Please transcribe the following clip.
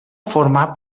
format